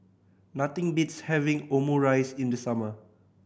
nothing beats having Omurice in the summer